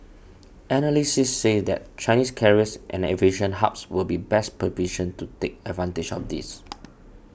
analysts said that Chinese carriers and aviation hubs would be best positioned to take advantage of this